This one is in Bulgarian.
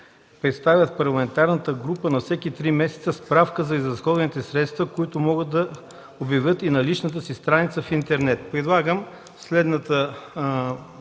представят в парламентарната група на всеки три месеца справка за изразходваните средства, които могат да обявят и на личната си страница в интернет” да стане: